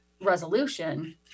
resolution